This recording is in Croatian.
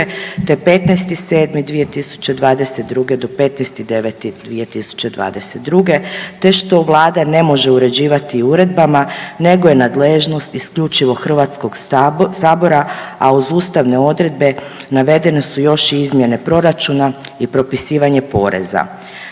te 15.7.2022. do 15.9.2022., te što Vlada ne može uređivati uredbama nego je nadležnost isključivo Hrvatskog sabora, a uz ustavne odredbe navedene su još i izmjene proračuna i propisivanje poreza.